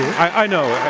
i know